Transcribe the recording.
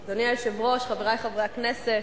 היושב-ראש, חברי חברי הכנסת,